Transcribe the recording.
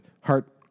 heart